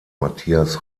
mathias